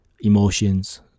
emotions